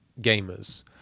gamers